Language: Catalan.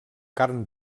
carn